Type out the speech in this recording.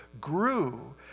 grew